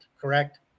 correct